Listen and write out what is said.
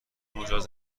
مجاز